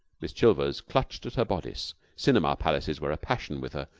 miss chilvers clutched at her bodice. cinema palaces were a passion with her,